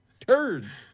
turds